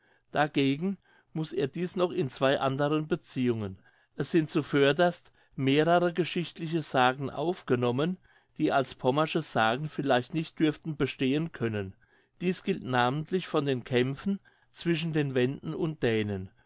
dagegen muß er dies noch in zwei anderen beziehungen es sind zuvörderst mehrere geschichtliche sagen aufgenommen die als pommersche sagen vielleicht nicht dürften bestehen können dies gilt namentlich von den kämpfen zwischen den wenden und dänen